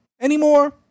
anymore